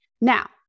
Now